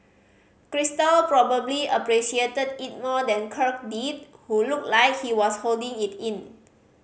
Crystal probably appreciated it more than Kirk did who looked like he was holding it in